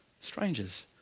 strangers